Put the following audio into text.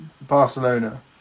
Barcelona